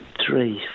three